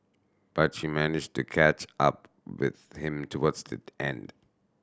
but she managed to catch up with him towards the end